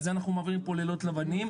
על זה אנחנו מעבירים פה לילות לבנים.